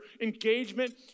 engagement